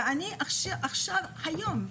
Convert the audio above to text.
ואני עכשיו היום,